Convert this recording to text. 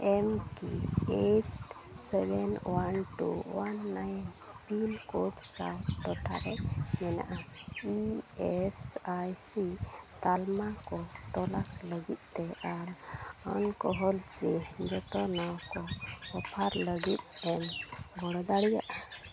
ᱮᱢ K eight seven one two one nine pin code ᱥᱟᱶ ᱴᱚᱴᱷᱟᱨᱮ ᱢᱮᱱᱟᱜᱼᱟ ᱤ ᱮᱥ ᱟᱭ ᱥᱤ ᱛᱟᱞᱢᱟᱠᱚ ᱛᱚᱞᱟᱥ ᱞᱟᱹᱜᱤᱫᱛᱮ ᱟᱨ ᱚᱱᱠᱳᱞᱡᱤ ᱡᱚᱛᱱᱟᱣᱠᱚ ᱚᱯᱷᱟᱨ ᱞᱟᱹᱜᱤᱫᱮᱢ ᱜᱚᱲᱚ ᱫᱟᱲᱮᱭᱟᱜᱼᱟ